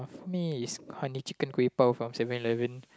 for me is honey chicken kueh bau from Seven Eleven